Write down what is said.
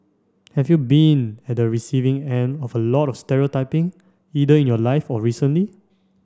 have you been at the receiving end of a lot of stereotyping either in your life or recently